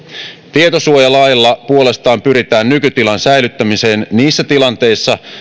tietosuojalailla puolestaan pyritään nykytilan säilyttämiseen niissä tilanteissa